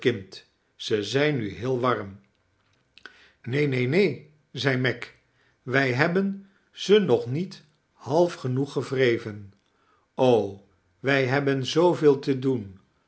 ze zijn nu heel warm i neen neen neen zei meg wij hebben ze nog niet half genoeg gewreven wij hebben zooveel te doen